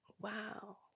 Wow